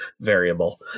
variable